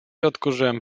odkurzyłem